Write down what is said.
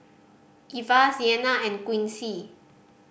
Ivah Sienna and Quincy